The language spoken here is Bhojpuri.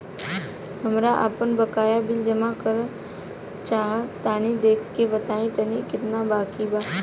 हमरा आपन बाकया बिल जमा करल चाह तनि देखऽ के बा ताई केतना बाकि बा?